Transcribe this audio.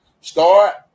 Start